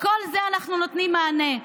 לכל זה אנחנו נותנים מענה.